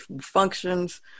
functions